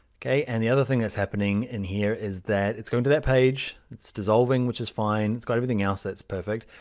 and the other thing that's happening in here is that it's going to that page. it's dissolving, which is fine, it's got everything else, that's perfect.